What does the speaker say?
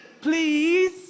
Please